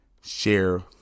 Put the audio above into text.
share